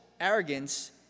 arrogance